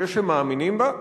שיש המאמינים בה,